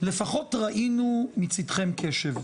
לפחות ראינו מצדכם קשב.